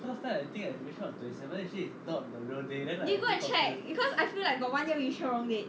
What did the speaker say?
did you go and check cause I feel like got one year we check wrong date